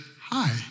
hi